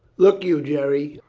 look you, jerry.